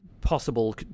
possible